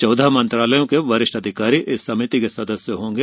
चौदह मंत्रालयों के वरिष्ठ अधिकारी इस समिति के सदस्य होंगे